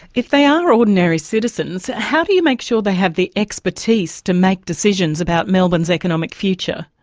if they um are ordinary citizens, how do you make sure they have the expertise to make decisions about melbourne's economic future?